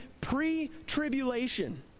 pre-tribulation